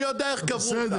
אני יודע איך קברו אותם,